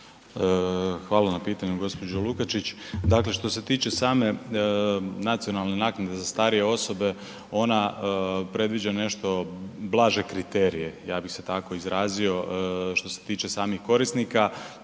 Hvala na pitanju gospođo Lukačić. Dakle što se tiče same nacionalne naknade za starije osobe ona predviđa nešto blaže kriterije ja bi se tako izrazio, što se tiče samih korisnika.